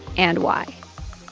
and why